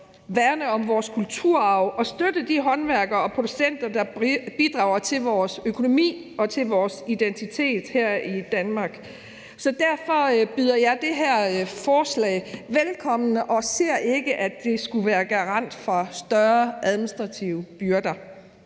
værne om vores kulturarv og støtte de håndværkere og producenter, der bidrager til vores økonomi og til vores identitet her i Danmark. Så derfor byder jeg det her forslag velkommen og ser ikke, at det skulle være garant for større administrative byrder.